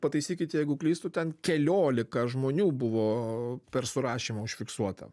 pataisykit jeigu klystu ten keliolika žmonių buvo per surašymą užfiksuota